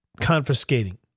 confiscating